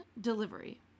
delivery